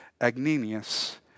Agninius